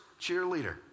cheerleader